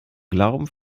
glauben